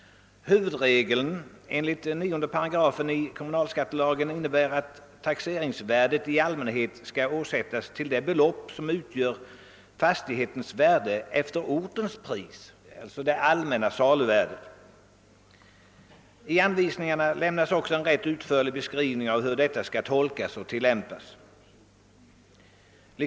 Huvudregeln enligt 9 § kommunalskattelagen innebär att taxeringsvärdet i allmänhet skall åsättas till det belopp som utgör fastighetens värde efter ortens pris, alltså det allmänna saluvärdet. I anvisningarna lämnas också en rätt utförlig beskrivning av hur denna bestämmelse skall tolkas och tilllämpas.